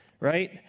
right